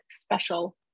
special